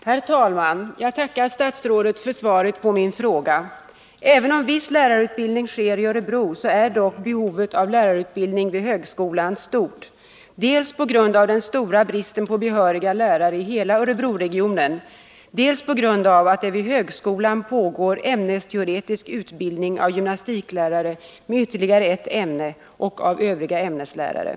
Herr talman! Jag tackar statsrådet för svaret på min fråga. Även om viss lärarutbildning sker i Örebro, är dock behovet av lärarutbildning vid högskolan stort, dels på grund av den stora bristen på behöriga lärare i hela Örebroregionen, dels på grund av att det vid högskolan pågår ämnesteoretisk utbildning av gymnastiklärare med ytterligare ett ämne och av övriga ämneslärare.